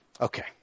Okay